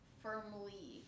firmly